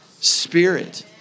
Spirit